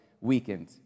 weakened